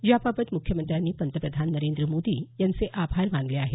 याबाबत मुख्यमंत्र्यांनी पंतप्रधान नरेंद्र मोदी यांचे आभार मानले आहेत